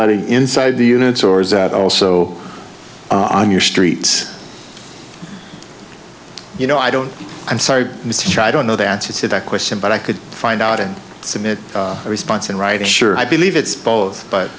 lighting inside the units or is that also on your street you know i don't i'm sorry mr i don't know the answer to that question but i could find out and submit a response and right sure i believe it's both